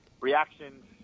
Reactions